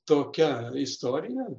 tokia istorija